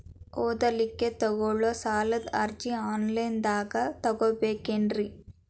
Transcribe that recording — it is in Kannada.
ಓದಲಿಕ್ಕೆ ತಗೊಳ್ಳೋ ಸಾಲದ ಅರ್ಜಿ ಆನ್ಲೈನ್ದಾಗ ತಗೊಬೇಕೇನ್ರಿ?